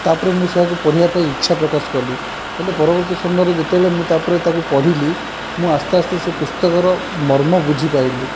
ତାପରେ ମୁଁ ସେହାକୁ ପଢ଼ିବା ପାଇଁ ଇଚ୍ଛା ପ୍ରକାଶ କଲି ହେଲେ ପରବର୍ତ୍ତୀ ସମୟରେ ଯେତେବେଳେ ମୁଁ ତା'ପରେ ତାକୁ ପଢ଼ିଲି ମୁଁ ଆସ୍ତେ ଆସ୍ତେ ସେ ପୁସ୍ତକର ମର୍ମ ବୁଝି ପାରିଲି